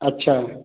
अच्छा